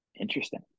Interesting